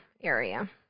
area